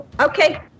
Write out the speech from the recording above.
okay